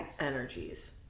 energies